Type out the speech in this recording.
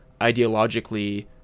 ideologically